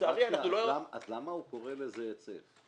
לצערי אנחנו לא --- אז למה הוא קורא לזה היצף?